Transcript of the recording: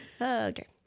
Okay